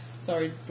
sorry